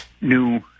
new